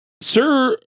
Sir